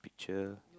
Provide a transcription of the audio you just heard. picture